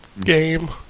game